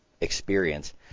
experience